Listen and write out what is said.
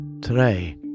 Today